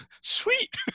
Sweet